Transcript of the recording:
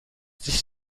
this